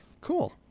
Cool